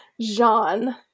Jean